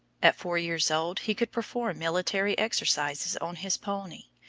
at four years old he could perform military exercises on his pony,